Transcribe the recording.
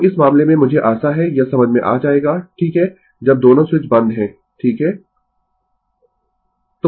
तो इस मामले में मुझे आशा है यह समझ में आ जायेगा ठीक है जब दोनों स्विच बंद है ठीक है